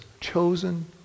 Chosen